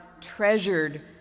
treasured